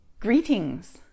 Greetings